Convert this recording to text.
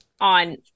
on